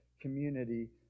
community